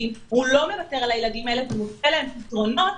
הוא לא מוותר על הילדים האלה ונותן להם פתרונות,